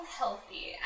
healthy